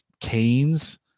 canes